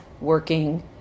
working